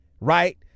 right